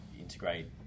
Integrate